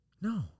No